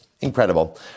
incredible